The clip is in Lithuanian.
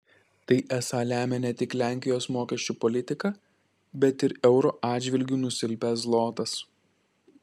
tai esą lemia ne tik lenkijos mokesčių politika bet ir euro atžvilgiu nusilpęs zlotas